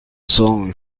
song